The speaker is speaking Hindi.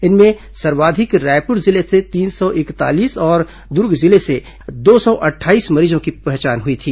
इनमें सर्वाधिक रायपुर जिले से तीन सौ इकतालीस और द्र्ग जिले से दो सौ अट्ठाईस मरीजों की पहचान हई थी